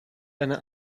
einer